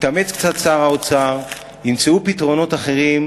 יתאמץ קצת שר האוצר, ימצאו פתרונות אחרים